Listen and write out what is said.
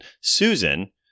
Susan